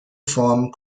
formen